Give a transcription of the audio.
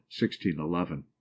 1611